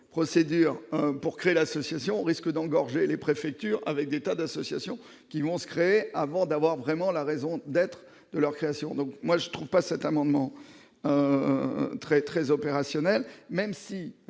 procédures pour créer l'association risque d'engorger les préfectures, avec des tas d'associations qui vont secret avant d'avoir vraiment la raison d'être de leur création, donc moi je trouve pas cet amendement très très opérationnel, même si